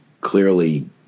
clearly